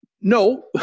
No